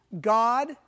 God